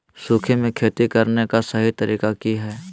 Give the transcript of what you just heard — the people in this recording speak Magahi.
सूखे में खेती करने का सही तरीका की हैय?